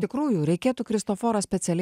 tikrųjų reikėtų kristoforą specialiai